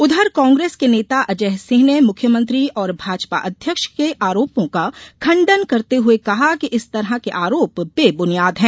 उधर कांग्रेस के नेता अजय सिंह ने मुख्यमंत्री और भाजपा अध्यक्ष के आरोपों का खंडन करते हुए कहा कि इस तरह के आरोप र्बेब्नियाद है